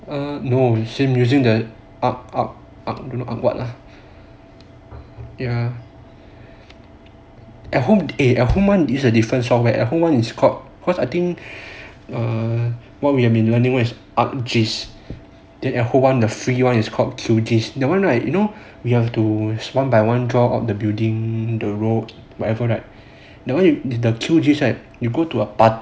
err no same using the art art art or what lah ya at home eh at home [one] is a different software at home one is called cause I think err what we have been learning [one] is art sync then at home [one] is the free [one] is called that one right you know we have to one by one draw out the building the road whatever right but